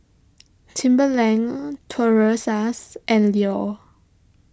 Timberland Toros Us and Leo